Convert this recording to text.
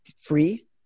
free